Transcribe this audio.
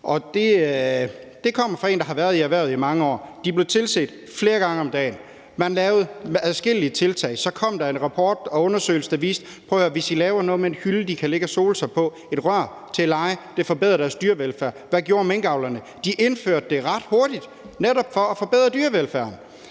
det kommer fra en, der har været i erhvervet i mange år. De blev tilset flere gange om dagen, man lavede adskillige tiltag. Så kom der en rapport og en undersøgelse, der sagde: Prøv at høre her, hvis I laver noget med en hylde, de kan ligge og sole sig på, og et rør til at lege, forbedrer det deres dyrevelfærd. Hvad gjorde minkavlerne? De indførte det ret hurtigt for netop at forbedre dyrevelfærden.